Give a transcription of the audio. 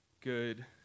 good